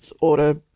Order